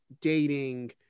dating